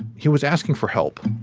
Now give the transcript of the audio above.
he was asking for help.